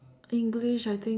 English I think